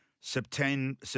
September